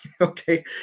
Okay